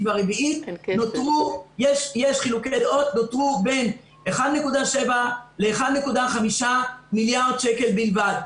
והרביעית נותרו יש חילוקי דעות בין 1.7 1.5 מיליארד שקל בלבד.